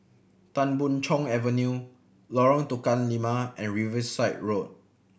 Tan Boon Chong Avenue Lorong Tukang Lima and Riverside Road